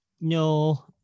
No